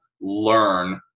learn